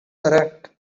correct